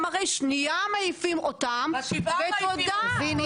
הרי שניה מעיפים אותן ותודה רבה.